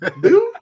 dude